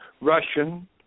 Russian